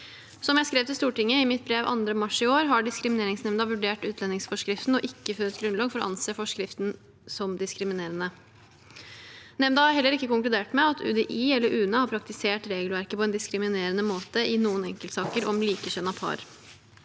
Som jeg skrev til Stortinget i mitt brev 2. mars i år, har diskrimineringsnemnda vurdert utlendingsforskriften og ikke funnet grunnlag for å anse forskriften som diskriminerende. Nemnda har heller ikke konkludert med at UDI eller UNE har praktisert regelverket på en diskriminerende måte i noen enkeltsaker om likekjønnede par.